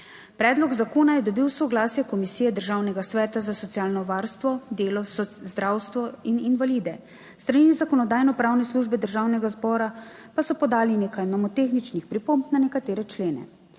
Predlog zakona je dobil soglasje Komisije Državnega sveta za socialno varstvo, delo, zdravstvo in invalide, s strani Zakonodajno-pravne službe Državnega zbora pa so podali nekaj nomotehničnih pripomb na nekatere člene.